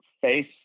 face